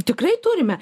tikrai turime